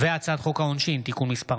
הצעת חוק העונשין (תיקון מס'